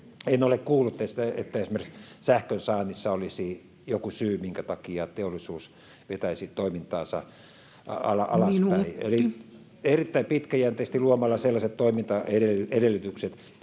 en ole kuullut, että esimerkiksi sähkön saannissa olisi joku syy, minkä takia teollisuus vetäisi toimintaansa alaspäin — [Puhemies: Minuutti!] eli erittäin pitkäjänteisesti luomalla sellaiset toimintaedellytykset,